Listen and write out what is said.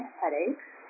headaches